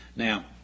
Now